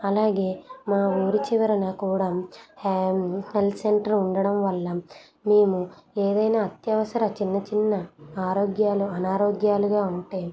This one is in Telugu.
అలాగే మా ఊరి చివరన కూడా హే హెల్త్ సెంటర్ ఉండడం వల్ల మేము ఏదైనా అత్యవసర చిన్న చిన్న ఆరోగ్యాలు అనారోగ్యాలుగా ఉంటే